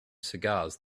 cigars